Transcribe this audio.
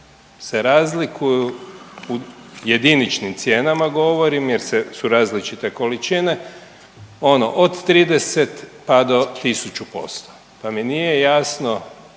se razlikuju u jediničnim cijenama govorim, jer su različite količine. Ono od 30 pa do 1000 posto, pa mi nije jasno